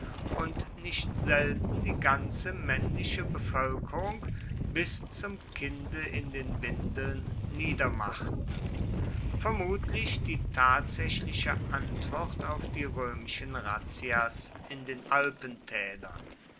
und nicht selten die ganze männliche bevölkerung bis zum kinde in den windeln niedermachten vermutlich die tatsächliche antwort auf die römischen razzias in den alpentälern